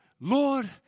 Lord